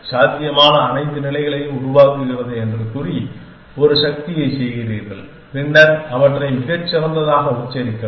சாத்தியமான அனைத்து நிலைகளையும் உருவாக்குகிறது என்று கூறி ஒரு சக்தியைச் செய்கிறீர்கள் பின்னர் அவற்றை மிகச் சிறந்ததாக உச்சரிக்கவும்